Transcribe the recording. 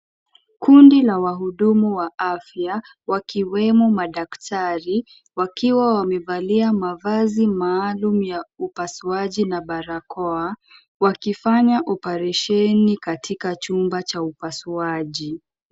Kundi la wahudumu wa afya, wakiwemo madaktari, wakiwa wamevalia mavazi maalum ya upasuaji na barakoa, wakifanya operesheni katika chumba cha upasuaji.